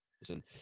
Listen